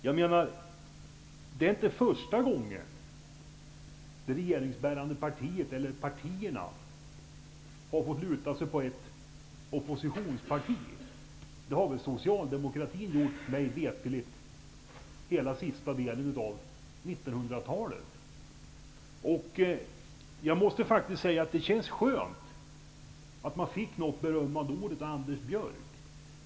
Det är inte första gången som de regeringsbärande partierna har fått luta sig mot ett oppositionsparti -- det har väl socialdemokratin mig veterligt gjort hela senare delen av 1900-talet. Jag måste säga att det känns skönt att man fick något berömmande ord av Anders Björck.